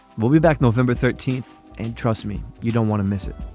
we'll be back november thirteenth. and trust me you don't want to miss it.